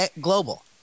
global